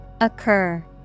Occur